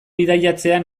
bidaiatzea